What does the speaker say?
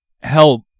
help